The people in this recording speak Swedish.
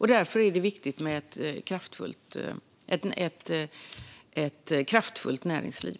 Därför är det viktigt med ett kraftfullt näringsliv.